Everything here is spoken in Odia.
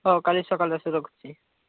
ହଁ କାଲି ସକାଳୁ ଆସ ରଖୁଛି